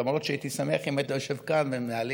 למרות שהייתי שמח אם היית יושב כאן וננהל